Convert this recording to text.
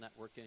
networking